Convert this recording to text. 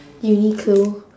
uniqlo